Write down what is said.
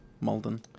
Malden